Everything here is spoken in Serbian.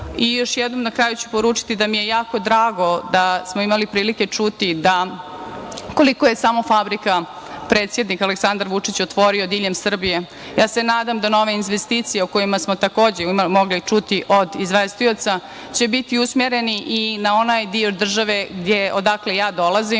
jednom na kraju ću poručiti da mi je jako drago da smo imali prilike čuti koliko je samo fabrika predsednik Aleksandar Vučić otvorio širom Srbije. Ja se nadam da nove investicije o kojima smo takođe mogli čuti od izvestioca, će biti usmerene i na onaj deo države odakle ja dolazim,